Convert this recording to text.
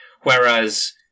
Whereas